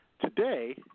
Today